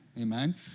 Amen